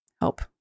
help